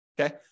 Okay